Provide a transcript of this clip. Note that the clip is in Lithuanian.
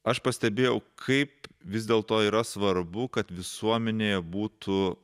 aš pastebėjau kaip vis dėl to yra svarbu kad visuomenėje būtų